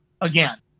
again